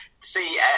see